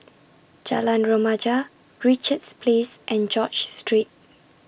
Jalan Remaja Richards Place and George Street